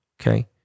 okay